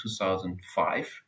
2005